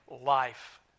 life